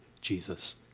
Jesus